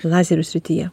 lazerių srityje